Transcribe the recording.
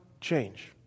change